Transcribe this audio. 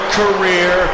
career